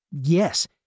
Yes